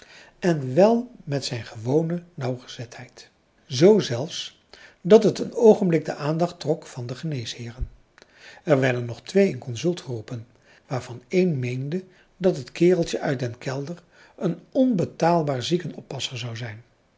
en wel met zijn gewone nauwgezetheid z zelfs dat het een oogenblik de aandacht trok van de geneesheeren er werden nog twee in consult geroepen waarvan één meende dat het kereltje uit den kelder een onbetaalbaar ziekenoppasser zou zijn